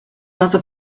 other